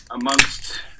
amongst